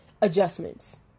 adjustments